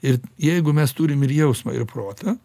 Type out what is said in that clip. ir jeigu mes turim ir jausmą ir protą